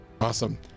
Awesome